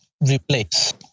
replace